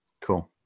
Cool